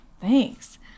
Thanks